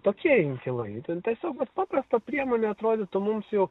tokie inkilai ten tiesiog vat paprasta priemonė atrodytų mums jau